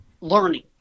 learning